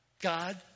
God